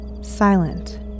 silent